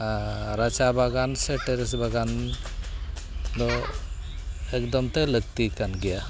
ᱨᱟᱪᱟ ᱵᱟᱜᱟᱨ ᱥᱮ ᱴᱟᱹᱨᱤᱥ ᱵᱟᱜᱟᱱ ᱫᱚ ᱮᱠᱫᱚᱢᱛᱮ ᱞᱟᱹᱠᱛᱤᱠᱟᱱ ᱜᱮᱭᱟ